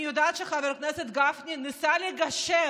אני יודעת שחבר הכנסת גפני ניסה לגשר